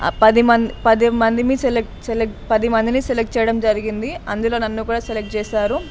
పదిమంది పదిమందిని select select పదిమందిని సెలెక్ట్ చేయడం జరిగింది అందులో నన్ను కూడా సెలెక్ట్ చేశారు